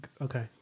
Okay